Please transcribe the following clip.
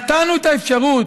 אבל נתנו את האפשרות.